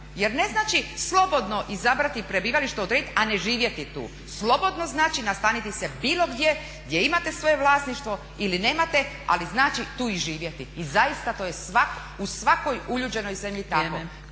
Jer ne znači slobodno izabrati prebivalište, odrediti a ne živjeti tu. Slobodno znači nastaniti se bilo gdje, gdje imate svoje vlasništvo ili nemate, ali znači tu i živjeti. I zaista to je u svakoj uljuđenoj zemlji tako.